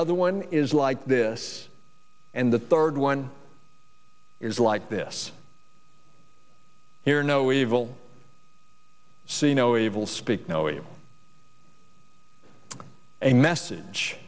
other one is like this and the third one is like this hear no evil see no evil speak no evil a message